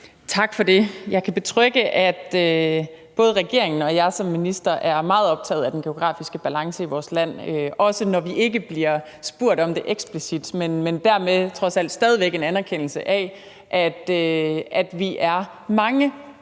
Tak for det. Jeg kan betrygge spørgeren med, at både regeringen og jeg som minister er meget optaget af den geografiske balance i vores land, også når vi ikke bliver spurgt om det eksplicit. Men det er dermed trods alt stadig væk en anerkendelse af, at vi er mange